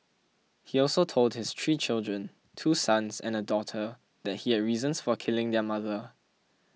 he also told his three children two sons and a daughter that he had reasons for killing their mother